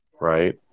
right